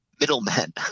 middlemen